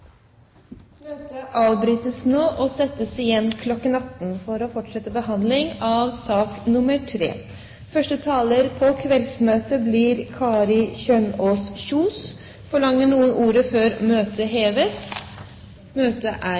Møtet blir nå avbrutt, og nytt møte settes kl. 18 for fortsatt behandling av sak nr. 3. Første taler på kveldsmøtet blir Kari Kjønaas Kjos.